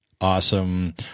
Awesome